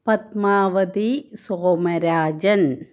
Padmavati Somarajan